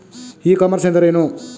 E commerce ಎಂದರೇನು?